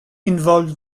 involved